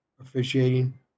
officiating